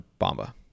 Bamba